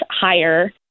higher